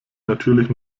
natürlich